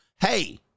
Hey